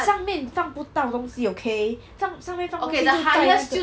上面放不到东西 okay 上上面放东西就在那个